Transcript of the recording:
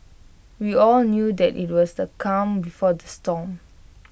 we all knew that IT was the calm before the storm